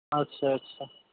আচ্ছা আচ্ছা